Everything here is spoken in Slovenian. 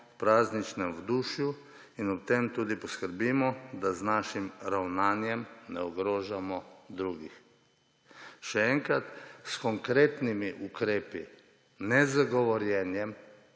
prazničnem vzdušju in ob tem tudi poskrbimo, da z našim ravnanjem ne ogrožamo drugih. Še enkrat, s konkretnimi ukrepi, ne z govorjenjem